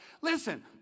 Listen